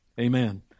Amen